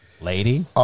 Lady